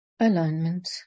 Alignment